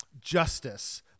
justice